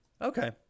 Okay